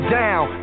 down